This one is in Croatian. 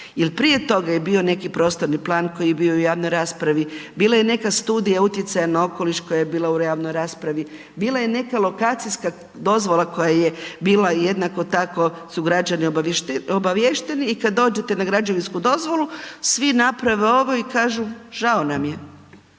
prije toga je bio neki prostorni plan koji je bio u javnoj raspravi, bila je neka studija utjecaja na okoliš koja je bila u javnoj raspravi, bila je neka lokacijska dozvola koja je bila jednako tako su građani obaviješteni i kad dođete na građevinsku dozvolu, svi naprave ovo i kažu žao nam je.